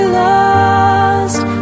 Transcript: lost